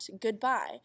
goodbye